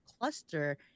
cluster